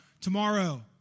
tomorrow